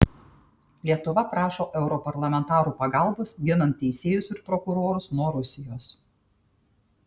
lietuva prašo europarlamentarų pagalbos ginant teisėjus ir prokurorus nuo rusijos